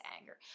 anger